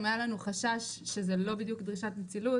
אם היה לנו חשש שזה לא בדיוק דרישת נצילות